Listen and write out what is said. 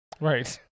Right